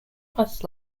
bus